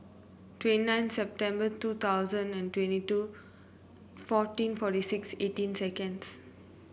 twenty nine September two thousand and twenty two fourteen forty six eighteen seconds